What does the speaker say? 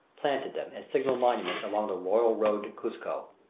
planted them as signal monuments along the royal road to cuzco.